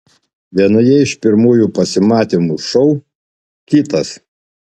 vienoje iš pirmųjų pasimatymų šou kitas